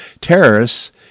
terrorists